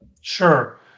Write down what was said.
Sure